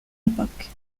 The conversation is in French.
époque